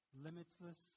limitless